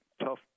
tough